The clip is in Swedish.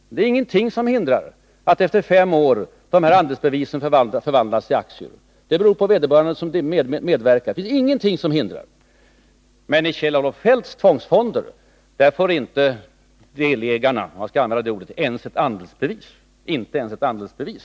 Men det är ju ingenting som hindrar att andelsbevisen efter fem år förvandlas till aktier — men det beror på den som sparar. I Kjell-Olof Feldts tvångsfonder får ”delägarna” — om jag skall använda det ordet — inte ens ett andelsbevis.